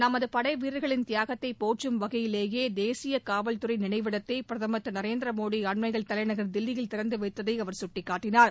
நமது படைவீரர்களின் தியாகத்தை போற்றும் வகையிலேயே தேசிய காவல்துறை நினைவிடத்தை பிரதமர் திரு நரேந்திரமோடி அண்மையில் தலைநகர் தில்லியில் திறந்துவைத்ததை அவர் கட்டிக்காட்டினார்